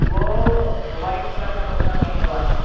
وہ white colour کا کپڑا پہنے ہوا تھا